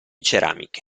ceramiche